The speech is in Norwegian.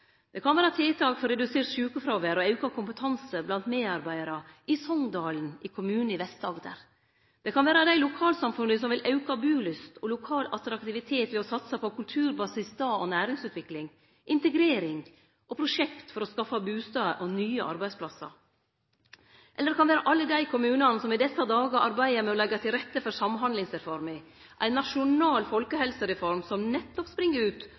Det kan vere tiltak for redusert sjukefråvere og auka kompetanse blant medarbeidarar i Songdalen kommune i Vest-Agder. Det kan vere dei lokalsamfunna som vil auke bulyst og lokal attraktivitet ved å satse på kulturbasert stad- og næringsutvikling, integrering og prosjekt for å skaffe bustader og nye arbeidsplassar, eller det kan vere alle dei kommunane som i desse dagar arbeider med å leggje til rette for Samhandlingsreforma, ei nasjonal folkehelsereform som nettopp spring ut